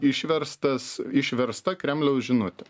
išverstas išversta kremliaus žinutė